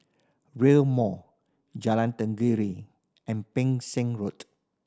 Rail Mall Jalan Tenggiri and Ping Sing Road